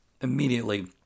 immediately